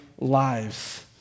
lives